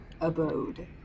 abode